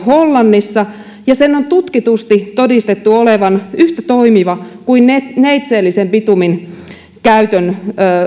hollannissa ja sen on tutkitusti todistettu olevan yhtä toimiva kuin neitseellisen bitumin käytön